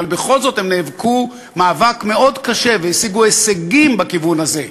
בכל זאת הם נאבקו מאבק מאוד קשה והשיגו הישגים בכיוון הזה,